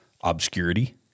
obscurity